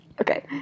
Okay